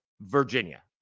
Virginia